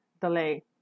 delay